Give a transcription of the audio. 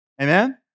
Amen